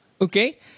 Okay